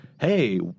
hey